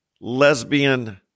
lesbian